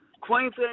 Queensland